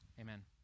Amen